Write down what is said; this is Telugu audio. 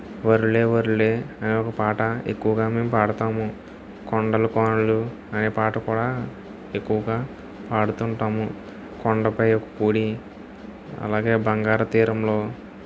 వర్లే వర్లే అనే పాట ఎక్కువగా పాడతాము కొండలు కోణలు అనే పాట కూడా ఎక్కువగా పాడుతూ ఉంటాము కొండపై కూలి అలాగే బంగారుతీరంలో